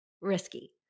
risky